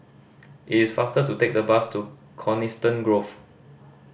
it is faster to take the bus to Coniston Grove